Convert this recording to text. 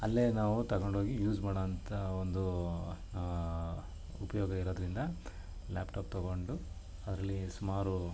ಅಲ್ಲೇ ನಾವು ತೆಗೊಂಡೋಗಿ ಯೂಸ್ ಮಾಡೋ ಅಂತ ಒಂದು ಉಪಯೋಗ ಇರೋದರಿಂದ ಲ್ಯಾಪ್ಟಾಪ್ ತೆಗೊಂಡು ಅದ್ರಲ್ಲಿ ಸುಮಾರು